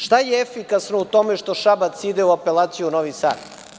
Šta je efikasno u tome što Šabac ide u apelaciju u Novi Sad?